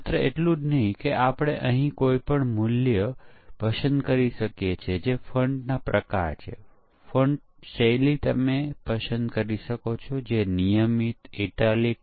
ઉદાહરણ તરીકે આપણે કેટલીક મેનુ આઇટમ પસંદ કરી શકીએ છીયે અથવા સિસ્ટમમાં લોગિન કરી શકીએ છીયે અને તેથી વધુ તેથી તે સોફ્ટવેરની સ્થિતિ છે અને અપેક્ષિત પરિણામ પણ છે